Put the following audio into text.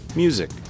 music